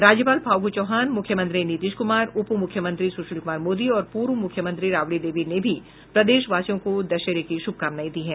राज्यपाल फागु चौहान मुख्यमंत्री नीतीश कुमार उपमुख्यमंत्री सुशील कुमार मोदी और पूर्व मुख्यमंत्री राबड़ी देवी ने भी प्रदेशवासियों को दशहरे की शुभकामनाएं दी हैं